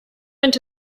into